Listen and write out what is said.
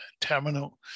terminal